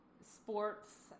sports